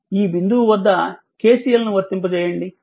ఈ బిందువు వద్ద KCL ను వర్తింపజేయండి